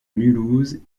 mulhouse